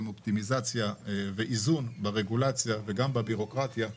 אופטימיזציה ואיזון ברגולציה ובבירוקרטיה.